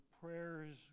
prayers